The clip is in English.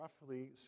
roughly